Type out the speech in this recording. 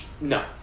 No